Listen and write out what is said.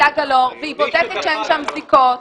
והיא בודקת שאין שם בדיקות.